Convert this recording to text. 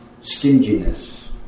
stinginess